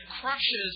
crushes